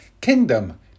kingdom